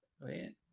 Wait